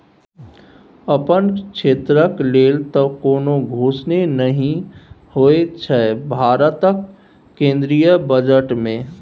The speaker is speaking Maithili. अपन क्षेत्रक लेल तँ कोनो घोषणे नहि होएत छै भारतक केंद्रीय बजट मे